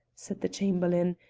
said the chamberlain,